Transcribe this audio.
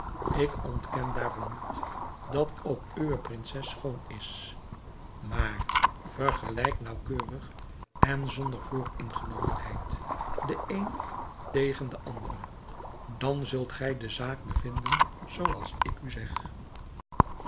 ik ontken daarom niet dat ook uwe prinses schoon is maar vergelijk naauwkeurig en zonder vooringenomenheid den een tegen de andere dan zult gij de zaak bevinden zooals ik u zeg